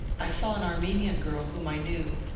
i saw an armenian girl whom i knew,